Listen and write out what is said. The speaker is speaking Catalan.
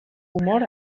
humor